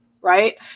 right